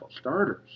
starters